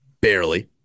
barely